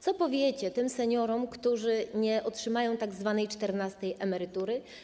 Co powiecie tym seniorom, którzy nie otrzymają tzw. czternastej emerytury?